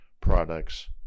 products